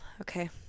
Okay